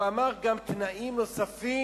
הוא ציין גם תנאים נוספים